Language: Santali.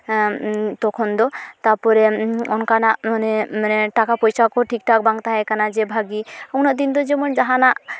ᱛᱚᱠᱷᱚᱱ ᱫᱚ ᱛᱟᱨᱯᱚᱨᱮ ᱚᱱᱠᱟᱱᱟᱜ ᱢᱟᱱᱮ ᱴᱟᱠᱟ ᱯᱚᱭᱥᱟ ᱠᱚ ᱴᱷᱤᱠ ᱴᱷᱟᱠ ᱵᱟᱝ ᱛᱟᱦᱮᱸ ᱠᱟᱱᱟ ᱡᱮ ᱵᱷᱟᱹᱜᱤ ᱩᱱᱟᱹᱜ ᱫᱤᱱ ᱫᱚ ᱡᱮᱢᱚᱱ ᱡᱟᱦᱟᱱᱟᱜ